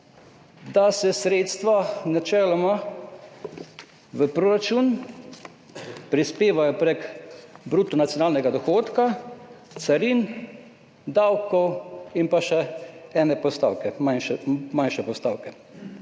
da se načeloma sredstva v proračun prispevajo prek bruto nacionalnega dohodka, carin, davkov in pa še ene manjše postavke.